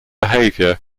behaviour